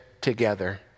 together